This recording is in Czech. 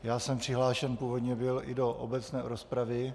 Já jsem byl přihlášen původně i do obecné rozpravy.